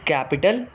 Capital